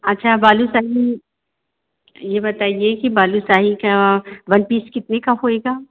अच्छा बालूशाही यह बताइए कि बालूशाही का वन पीस कितने का होएगा